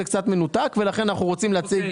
זה קצת מנותק ולכן אנחנו רוצים להציג